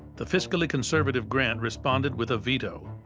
the fiscally conservative grant responded with a veto.